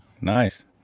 Nice